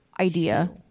idea